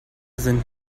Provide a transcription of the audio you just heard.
sind